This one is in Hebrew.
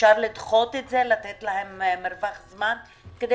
אפשר לדחות את זה ולתת להם מרווח זמן כדי